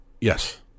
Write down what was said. Yes